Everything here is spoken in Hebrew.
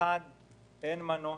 אין מנוס,